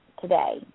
today